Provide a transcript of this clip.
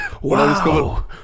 Wow